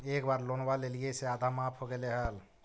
एक बार लोनवा लेलियै से आधा माफ हो गेले हल?